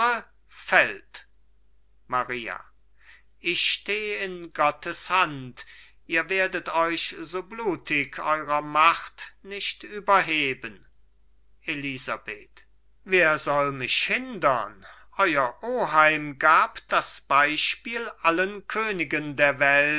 maria ich steh in gottes hand ihr werdet euch so blutig eurer macht nicht überheben elisabeth wer soll mich hindern euer oheim gab das beispiel allen königen der welt